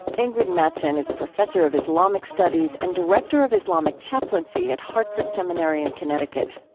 ingrid mattson is professor of islamic studies and director of islamic chaplaincy at hartford seminary in connecticut.